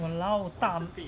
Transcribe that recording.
!walao! 大